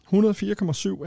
104.7